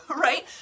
right